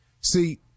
See